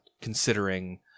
considering